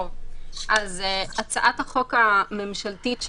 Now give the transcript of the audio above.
הצעת החוק הממשלתית,